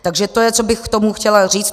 Takže to je to, co bych k tomu chtěla říct.